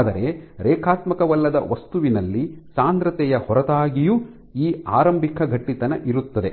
ಆದರೆ ರೇಖಾತ್ಮಕವಲ್ಲದ ವಸ್ತುವಿನಲ್ಲಿ ಸಾಂದ್ರತೆಯ ಹೊರತಾಗಿಯೂ ಈ ಆರಂಭಿಕ ಗಟ್ಟಿತನ ಇರುತ್ತದೆ